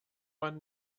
man